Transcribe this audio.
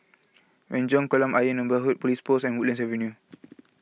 Renjong Kolam Ayer Neighbourhood Police Post and Woodlands Avenue